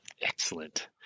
Excellent